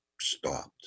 stopped